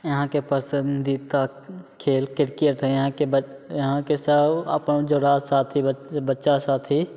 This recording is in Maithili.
यहाँके पसन्दीदा खेल किरकेट हइ ब यहाँके सब अपन जोड़ा साथी बच्चा साथी